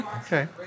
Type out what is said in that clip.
Okay